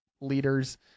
leaders